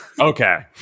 Okay